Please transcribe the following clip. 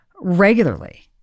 regularly